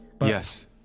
Yes